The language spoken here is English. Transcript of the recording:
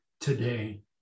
today